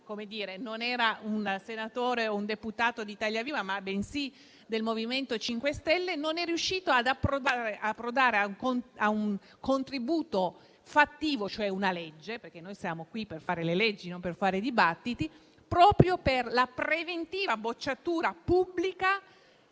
non un deputato o un senatore di Italia Viva, ma del MoVimento 5 Stelle, non è purtroppo riuscito ad approdare a un contributo fattivo, cioè ad una legge (perché noi siamo qui per fare le leggi, non per fare dibattiti), proprio per la preventiva bocciatura pubblica